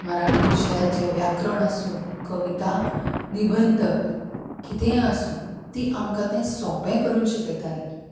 मराठी विशयाचें व्याकरण आसूं कविता निबंध कितेंय आसूं ती आमकां तें सोंपें करून शिकयताली